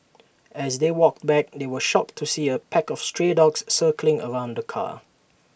as they walked back they were shocked to see A pack of stray dogs circling around the car